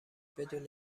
بدون